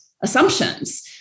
assumptions